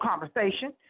conversation